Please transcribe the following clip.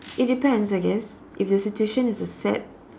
it depends I guess if your situation is a sad